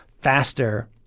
faster